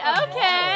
okay